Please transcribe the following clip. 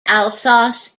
alsace